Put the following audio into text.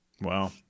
Wow